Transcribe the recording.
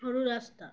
সরু রাস্তা